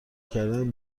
کردن